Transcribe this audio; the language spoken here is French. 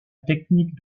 technique